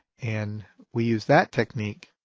and we use that technique